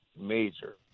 major